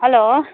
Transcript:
hello